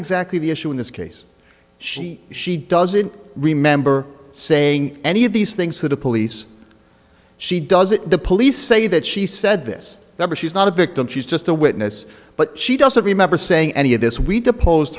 exactly the issue in this case she she doesn't remember saying any of these things that a police she does it the police say that she said this number she's not a victim she's just a witness but she doesn't remember saying any of this we deposed